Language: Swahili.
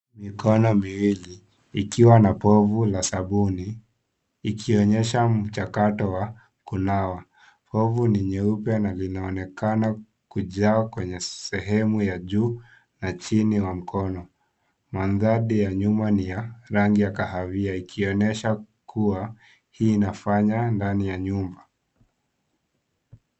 Mikono miwili ikiwa na pofu la sabuni, ikionyesha mchakato wa kunawa pofu ni nyeupe na inaonekana kujaa kwenye sehemu ya juu na chini wa mkono, mandhari ya nyuma ni ya rangi ya kahawi ikionesha kuwa hii inafanya ndani ya nyumba.